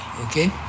okay